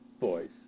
voice